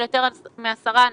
למשל מספרה,